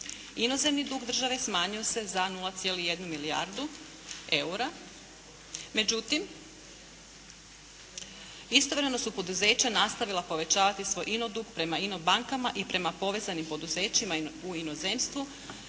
Inozemni dug države smanjio se za 0,1 milijardu eura, međutim istovremeno su poduzeća nastavila povećavati svoj ino dug prema ino bankama i prema povezanim poduzećima u inozemstvu